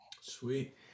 sweet